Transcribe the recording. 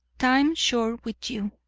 time short with you.